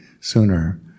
sooner